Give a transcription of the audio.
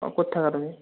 অঁ ক'ত থাকা তুমি